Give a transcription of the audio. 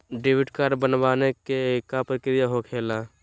Debit card बनवाने के का प्रक्रिया होखेला?